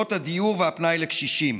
ובפתרונות הדיור והפנאי לקשישים.